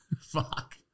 fuck